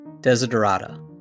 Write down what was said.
Desiderata